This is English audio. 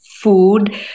food